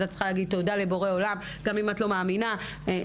את צריכה להגיד תודה לבורא עולם גם אם את לא מאמינה למישהו,